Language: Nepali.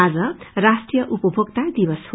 आज राष्ट्रीय उपभोक्ता दिवस हो